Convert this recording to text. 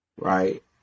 Right